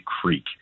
Creek